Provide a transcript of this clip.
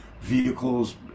Vehicles